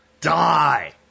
Die